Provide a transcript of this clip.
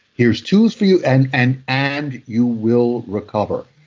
here's tools for you and and and you will recover.